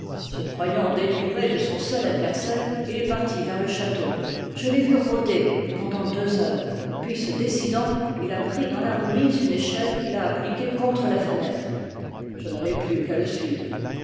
se croyant délivré de son seul adversaire il est parti vers le château je l'ai vu rôder pendant deux heures puis se décidant il a pris dans la remise une échelle qu'il a appliquée contre la fenêtre je n'avais plus qu'à le suivre